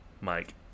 Mike